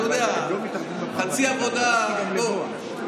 אתה יודע, חצי עבודה, בוא.